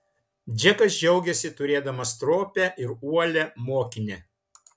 džekas džiaugėsi turėdamas stropią ir uolią mokinę